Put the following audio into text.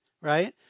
right